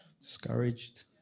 discouraged